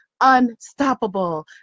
unstoppable